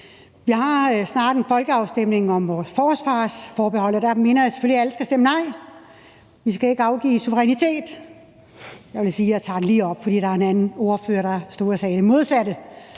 Vi har snart en folkeafstemning om vores forsvarsforbehold, og der mener jeg selvfølgelig, at alle skal stemme nej. Vi skal ikke afgive suverænitet. Jeg vil sige, at jeg lige tager det op, fordi der var en anden ordfører, der stod og sagde det modsatte